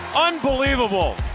Unbelievable